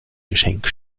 geschenk